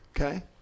Okay